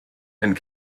and